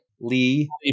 Lee